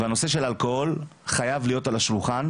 והנושא של אלכוהול חייב להיות על השולחן,